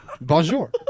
Bonjour